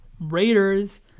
Raiders